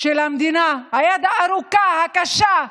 של המדינה, היד הארוכה, הקשה,